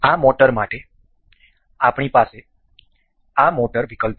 આ મોટર માટે આપણી પાસે આ મોટર વિકલ્પ છે